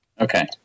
Okay